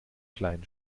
kleinen